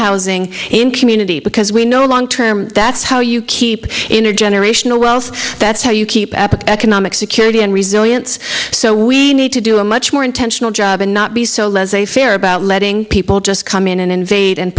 housing in community because we know long term that's how you keep intergenerational wealth that's how you keep economic security and resilience so we need to do a much more intentional job and not be so laissez faire about letting people just come in and invade and